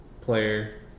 player